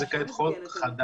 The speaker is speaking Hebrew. זה כעת חוק חדש.